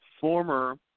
former